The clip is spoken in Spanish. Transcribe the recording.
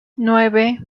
nueve